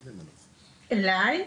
אלי?